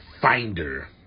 finder